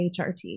HRT